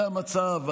זה המצב,